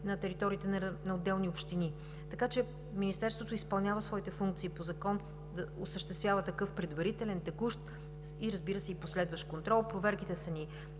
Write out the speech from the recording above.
на териториите на отделни общини. Така че Министерството изпълнява своите функции по закон да осъществява такъв предварителен, текущ, и, разбира се, последващ контрол. Проверките са ни два